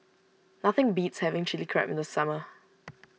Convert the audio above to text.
nothing beats having Chili Crab in the summer